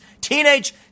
teenage